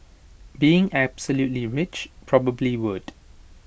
being absolutely rich probably would